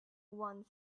one